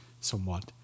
somewhat